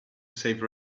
save